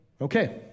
okay